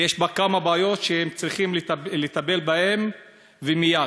כי יש בה כמה בעיות שצריכים לטפל בהן ומייד: